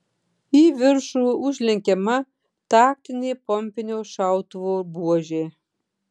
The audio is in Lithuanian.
į viršų užlenkiama taktinė pompinio šautuvo buožė